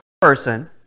person